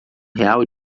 real